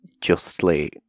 justly